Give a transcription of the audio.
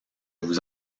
vous